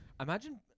Imagine